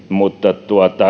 mutta